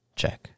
check